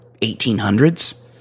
1800s